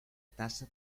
tassa